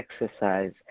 exercise